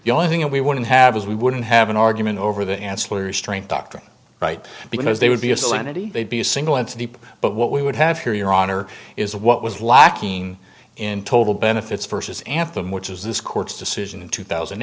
the only thing that we wouldn't have is we wouldn't have an argument over the ancillary strength doctrine right because they would be a salinity they'd be a single entity but what we would have here your honor is what was lacking in total benefits versus anthem which is this court's decision in two thousand